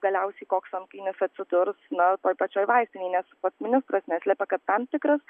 galiausiai koks antkainis atsidurs na toj pačioj vaistinėj nes pats ministras neslepia kad tam tikras